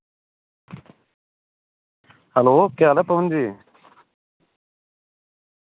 hello केह् हाल ऐ पवन जी